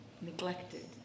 neglected